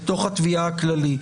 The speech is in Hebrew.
בתוך התביעה הכללית,